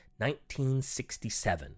1967